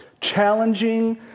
challenging